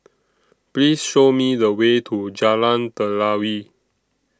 Please Show Me The Way to Jalan Telawi